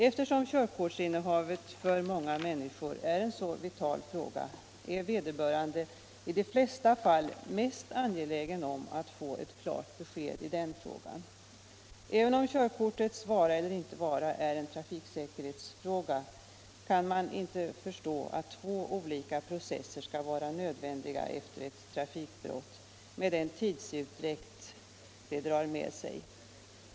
Eftersom körkortsinnehavet för många människor är en så vital fråga, är vederbörande i de flesta fall mest angelägen om att få ett klart besked i den frågan. Även om körkortets vara eller inte vara är en trafiksäkerhetsfråga, kan man inte förstå att två olika processer skall vara nödvändiga efter ett trafikbrott, med den tidsutdräkt detta drar med sig.